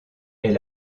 est